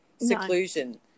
Seclusion